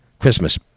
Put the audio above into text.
christmas